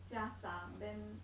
家长 then